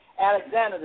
Alexander